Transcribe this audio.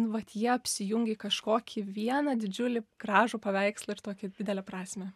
nu vat jie apsijungė į kažkokį vieną didžiulį gražų paveikslą ir tokią didelę prasmę